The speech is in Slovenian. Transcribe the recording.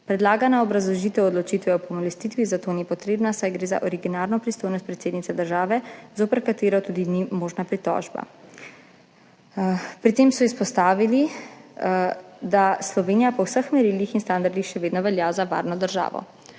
Predlagana obrazložitev odločitve o pomilostitvi za to ni potrebna, saj gre za originalno pristojnost predsednice države, zoper katero tudi ni možna pritožba. Pri tem so izpostavili, da Slovenija po vseh merilih in standardih še vedno velja za varno državo.